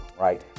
right